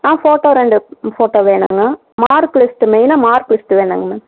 ஆ photo ரெண்டு ம் photo வேணும்ங்க மார்க் லிஸ்ட்டு மெயினாக மார்க் லிஸ்ட்டு வேணும்ங்க மேம்